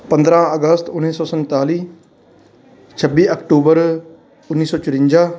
ਪੰਦਰ੍ਹਾਂ ਅਗਸਤ ਉੱਨੀ ਸੌ ਸੰਤਾਲੀ ਛੱਬੀ ਅਕਟੂਬਰ ਉੱਨੀ ਸੌ ਚੁਰੰਜਾ